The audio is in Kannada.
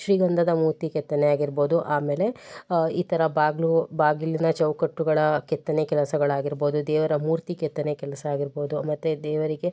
ಶ್ರೀಗಂಧದ ಮೂರ್ತಿ ಕೆತ್ತನೆ ಆಗಿರ್ಬೋದು ಆಮೇಲೆ ಈ ಥರ ಬಾಗಿಲು ಬಾಗಿಲಿನ ಚೌಕಟ್ಟುಗಳ ಕೆತ್ತನೆ ಕೆಲಸಗಳಾಗಿರ್ಬೋದು ದೇವರ ಮೂರ್ತಿ ಕೆತ್ತನೆ ಕೆಲಸ ಆಗಿರ್ಬೋದು ಮತ್ತೆ ದೇವರಿಗೆ